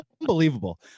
Unbelievable